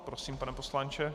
Prosím, pane poslanče.